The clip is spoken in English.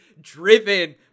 driven